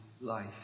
life